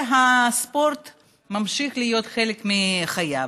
והספורט ממשיך להיות חלק מחייו.